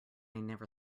never